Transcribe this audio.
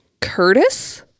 Curtis